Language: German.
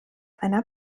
einer